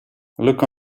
look